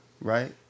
right